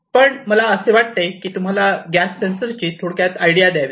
पण मला असे वाटते की तुम्हाला गॅस सेंसरची थोडक्यात आयडिया द्यावी